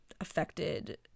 affected